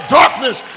darkness